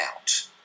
out